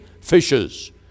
fishes